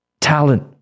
talent